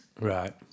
Right